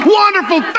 wonderful